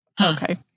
Okay